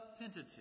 Pentateuch